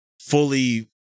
fully